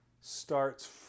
starts